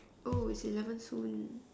oh it's eleven soon